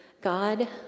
God